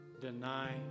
deny